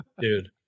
dude